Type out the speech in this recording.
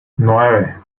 nueve